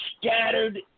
scattered